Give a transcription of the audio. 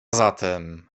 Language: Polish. zatem